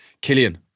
Killian